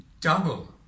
double